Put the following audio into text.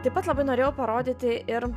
taip pat labai norėjau parodyti ir